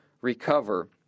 recover